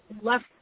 left